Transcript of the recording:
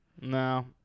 No